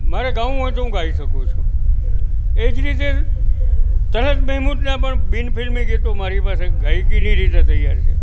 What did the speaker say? મારે ગાવું હોય તો હું ગાઈ શકું છું એ જ રીતે તલત મહમુદના પણ બિનફિલ્મી ગીતો મારી પાસે ગાયકીની રીતે તૈયાર છે